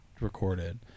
recorded